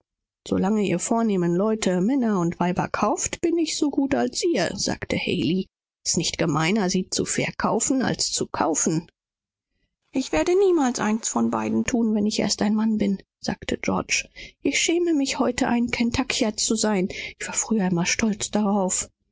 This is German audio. eure vornehmen leute noch männer und weiber kaufen wollen bin ich so gut wie jene sagte haley s ist nicht schlechter verkaufen als kaufen ich werde keines von beiden thun wenn ich ein mann bin sagte georg ich schäme mich heut daß ich ein kentuckier bin früher war ich immer stolz darauf